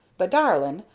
but, darlin',